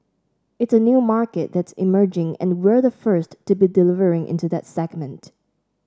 it's a new market that's emerging and we're the first to be delivering into that segment